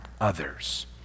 others